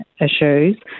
issues